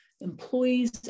employees